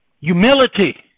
Humility